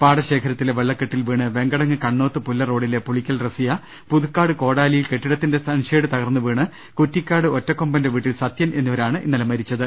പാടശേഖര ത്തിലെ വെള്ളക്കെട്ടിൽ വീണ് വെങ്കടങ്ങ് കണ്ണോത്ത് പുല്ലറോഡിലെ പുളിക്കൽ റസിയ പുതുക്കാട് കോടാലിയിൽ കെട്ടിടത്തിന്റെ സൺഷേഡ് തകർന്നുവീണ് കുറ്റിക്കാട് ഒറ്റക്കൊമ്പന്റെ വീട്ടിൽ സത്യൻ എന്നിവരാണ് മരിച്ചത്